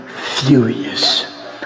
furious